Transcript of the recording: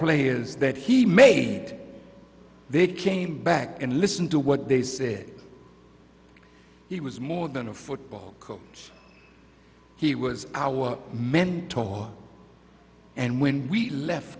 players that he made they came back and listened to what they said he was more than a football coach he was our mentor and when we left